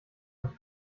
ein